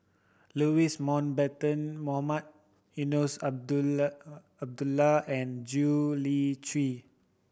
Louis Mountbatten Mohamed Eunos Abdullah and Gwee Li Sui